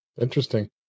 Interesting